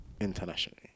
internationally